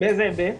באיזה היבט?